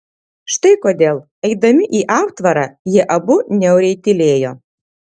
štai kodėl eidami į aptvarą jie abu niauriai tylėjo